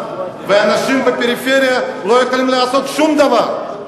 ואנשים בפריפריה לא יכולים לעשות שום דבר,